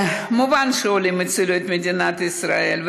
מובן שהעולים הצילו את מדינת ישראל,